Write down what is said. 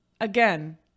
Again